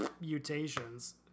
mutations